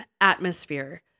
atmosphere